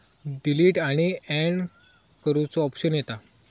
delete आणि and करुचो option येता